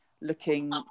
looking